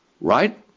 Right